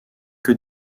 que